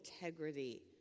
integrity